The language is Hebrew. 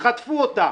טראח, חטפו אותה.